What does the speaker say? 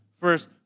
first